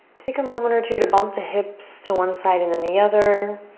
take a moment or two to bump the hips to one side and then the other.